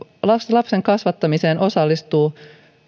lapsen kasvattamiseen osallistuu